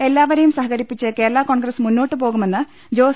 എല്ലാവരെയും സഹകരിപ്പിച്ച് കേരളകോൺഗ്രസ് മുന്നോട്ട് പോകുമെന്ന് ജോസ്